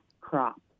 crop